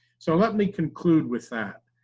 so, let me conclude with that,